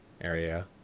area